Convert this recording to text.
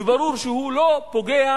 וברור שהוא לא פוגע,